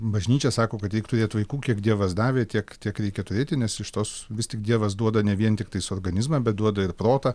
bažnyčia sako kad reik turėt vaikų kiek dievas davė tiek tiek reikia turėti nes iš tos vis tik dievas duoda ne vien tiktais organizmą bet duoda ir protą